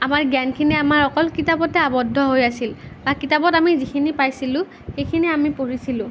আমাৰ জ্ঞানখিনি আমাৰ অকল কিতাপতে আৱদ্ধ হৈ আছিল বা কিতাপত আমি যিখিনি পাইছিলোঁ সেইখিনি আমি পঢ়িছিলোঁ